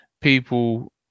people